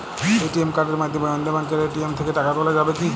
ATM কার্ডের মাধ্যমে অন্য ব্যাঙ্কের এ.টি.এম থেকে টাকা তোলা যাবে কি?